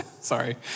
Sorry